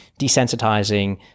desensitizing